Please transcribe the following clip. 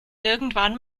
irgendwann